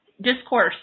discourse